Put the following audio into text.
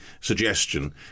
suggestion